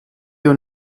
you